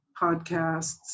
podcasts